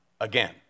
Again